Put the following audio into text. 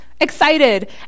excited